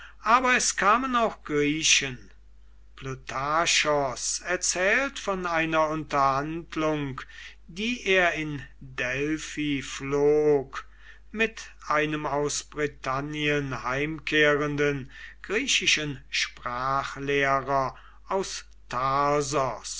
aber es kamen auch griechen plutarchos erzählt von einer unterhaltung die er in delphi pflog mit einem aus britannien heimkehrenden griechischen sprachlehrer aus tarsos